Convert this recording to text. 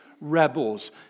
rebels